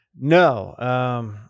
No